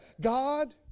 God